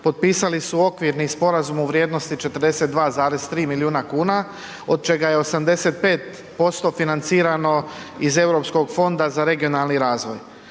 potpisali su okvirni sporazum u vrijednosti 42,3 milijuna kuna, od čega je 85% financirano iz EU fonda za regionalni razvoj.